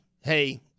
hey